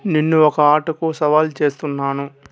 నిన్ను ఒక ఆటకు సవాలు చేస్తున్నాను